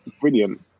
brilliant